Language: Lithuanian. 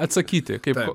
atsakyti kaip